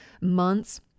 months